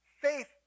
Faith